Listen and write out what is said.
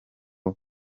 abo